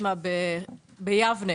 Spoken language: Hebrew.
ביבנה